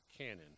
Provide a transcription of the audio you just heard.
Canon